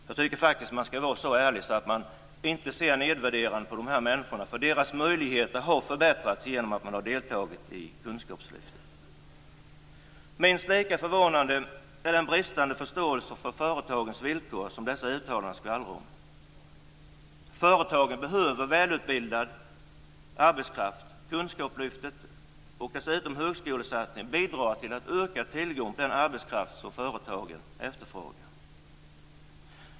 Jag tycker att man skall vara så ärlig att man inte ser nedvärderande på dessa människor, för deras möjligheter har förbättrats genom att de deltagit i kunskapslyftet. Minst lika förvånande är den bristande förståelse för företagens villkor som dessa uttalanden skvallrar om. Företagen behöver välutbildad arbetskraft. Kunskapslyftet och dessutom högskolesatsningen bidrar till att öka tillgången på den arbetskraft som företagen efterfrågar.